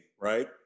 right